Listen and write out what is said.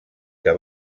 que